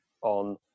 on